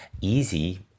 easy